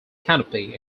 canopy